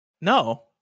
No